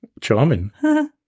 Charming